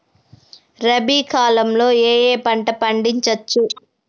రబీ కాలంలో ఏ ఏ పంట పండించచ్చు?